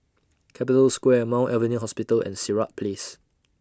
Capital Square Mount Alvernia Hospital and Sirat Place